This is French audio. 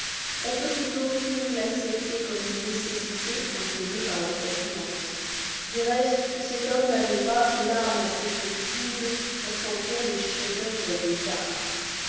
on peut tout au plus l'accepter comme une nécessité imposée par la providence du reste cet homme n'avait pas l'âme assez flexible pour sentir les chefs-d'oeuvre des arts